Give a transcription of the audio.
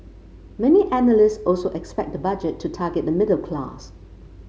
many analysts also expect the budget to target the middle class